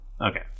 Okay